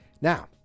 Now